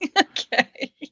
Okay